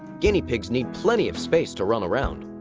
guinea pigs need plenty of space to run around.